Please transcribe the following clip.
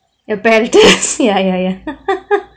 apparatus ya ya ya